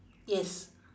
yes